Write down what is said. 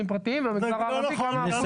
פרטיים ובמגזר הערבי כמה --- של כולם.